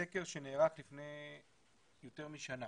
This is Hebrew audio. סקר שנערך לפני יותר משנה,